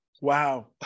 wow